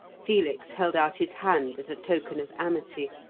felix held out his hand as a token of amity,